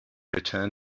return